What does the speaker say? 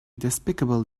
despicable